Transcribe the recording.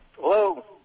Hello